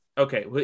Okay